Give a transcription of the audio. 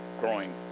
growing